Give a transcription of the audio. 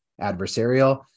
adversarial